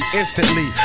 instantly